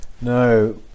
No